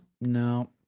No